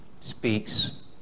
speaks